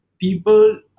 people